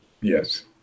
Yes